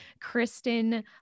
Kristen